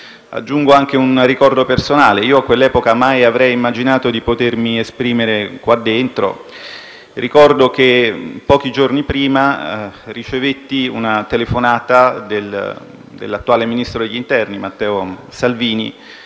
Aggiungo anche un ricordo personale. A quell'epoca mai avrei immaginato di potermi esprimere in questa sede. Ricordo che pochi giorni prima ricevetti una telefonata dell'attuale ministro dell'interno Matteo Salvini,